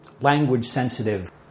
language-sensitive